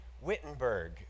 Wittenberg